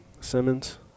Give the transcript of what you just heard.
Simmons